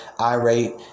irate